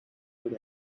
good